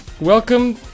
Welcome